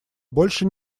больше